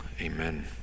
amen